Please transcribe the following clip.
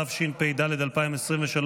התשפ"ד 2023,